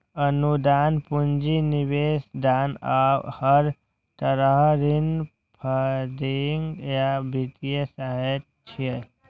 अनुदान, पूंजी निवेश, दान आ हर तरहक ऋण फंडिंग या वित्तीय सहायता छियै